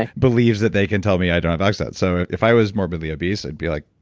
ah believes that they can tell me i don't have access. so if i was morbidly obese i'd be like,